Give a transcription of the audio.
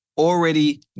already